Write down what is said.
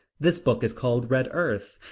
this book is called red earth.